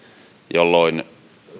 jolloin